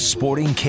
Sporting